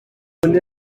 ati